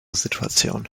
situation